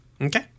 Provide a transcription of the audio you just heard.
Okay